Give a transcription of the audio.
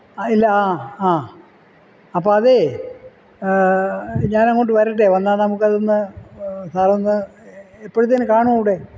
അ ഇല്ല ആ ആ അപ്പോൾ അതേ ഞാൻ അങ്ങോട്ട് വരട്ടേ വന്നാൽ നമുക്ക് അതൊന്ന് സാർ ഒന്ന് എപ്പോഴത്തേന് കാണും അവിടെ